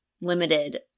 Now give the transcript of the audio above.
limited